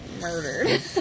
murdered